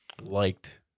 liked